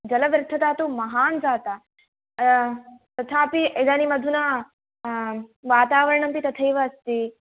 जलव्यर्थता तु महान् जाता तथापि इदानीमधुना वातावरणमपि तथैव अस्ति